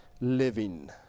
living